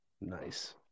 nice